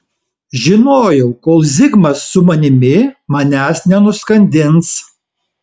žinojau kol zigmas su manimi manęs nenuskandins